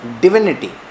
divinity